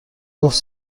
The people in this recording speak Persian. گفت